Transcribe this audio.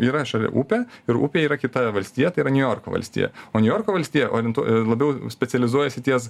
yra šalia upė ir upė yra kita valstija tai yra niujorko valstija o niujorko valstija orientuo labiau specializuojasi ties